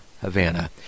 Havana